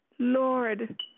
Lord